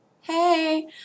hey